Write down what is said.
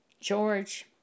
George